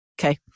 Okay